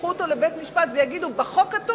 ייקחו אותו לבית-משפט ויגידו: בחוק כתוב